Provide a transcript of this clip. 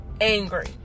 angry